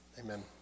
Amen